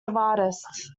artists